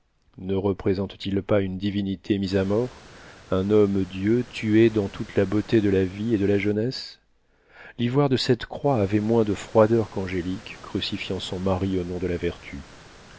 ne représente t il pas une divinité mise à mort un homme dieu tué dans toute la beauté de la vie et de la jeunesse l'ivoire de cette croix avait moins de froideur qu'angélique crucifiant son mari au nom de la vertu